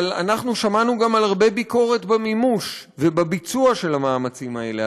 אבל אנחנו שמענו גם על הרבה ביקורת במימוש ובביצוע של המאמצים האלה.